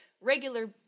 regular